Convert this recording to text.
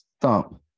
thump